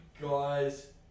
guys